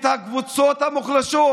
את הקבוצות המוחלשות,